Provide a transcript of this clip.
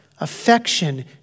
affection